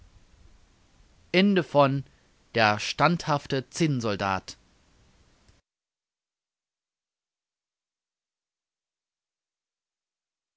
der standhafte zinnsoldat